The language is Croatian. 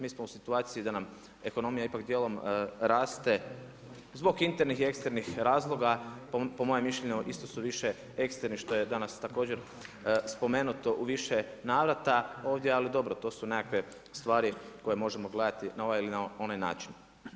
Mi smo u situaciji da nam ekonomija ipak dijelom raste zbog internih i eksternih razloga, po mojem mišljenju isto su više eksterni što je danas također spomenuto u više navrata ovdje, ali dobro to su nekakve stvari koje možemo gledati na ovaj ili na onaj način.